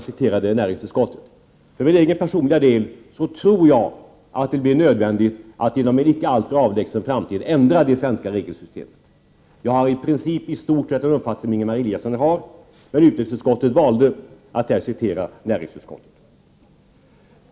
För min egen personliga del tror jag att det kan bli nödvändigt att i en inte alltför avlägsen framtid ändra det svenska regelsystemet. Jag har i princip samma uppfattning som Ingemar Eliasson, men utrikesutskottet har valt att citera näringsutskottet.